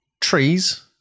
Trees